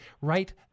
right